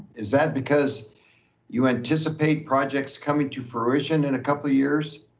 is that because you anticipate projects coming to fruition in a couple of years,